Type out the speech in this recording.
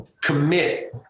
commit